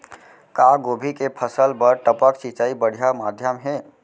का गोभी के फसल बर टपक सिंचाई बढ़िया माधयम हे?